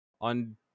on